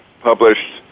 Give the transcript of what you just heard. published